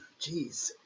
Jeez